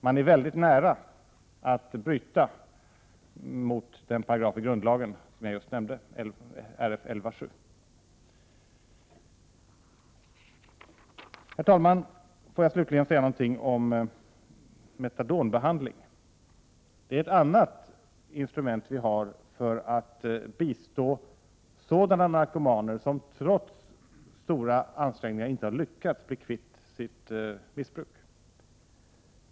Man är väldigt nära att bryta mot den paragraf i grundlagen som jag talade om, 11 kap. 7§ regeringsformen. Herr talman! Jag vill slutligen säga något om metadonbehandling. Den är ett annat instrument för att bistå sådana narkomaner som trots stora ansträngningar inte har lyckats bli kvitt sitt missbruk.